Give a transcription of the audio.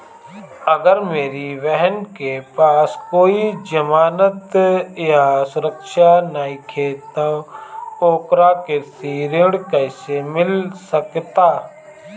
अगर मेरी बहन के पास कोई जमानत या सुरक्षा नईखे त ओकरा कृषि ऋण कईसे मिल सकता?